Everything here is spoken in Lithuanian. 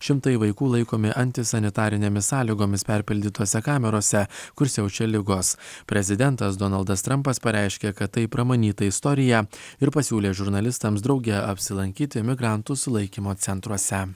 šimtai vaikų laikomi antisanitarinėmis sąlygomis perpildytose kamerose kur siaučia ligos prezidentas donaldas trampas pareiškė kad tai pramanyta istorija ir pasiūlė žurnalistams drauge apsilankyti migrantų sulaikymo centruose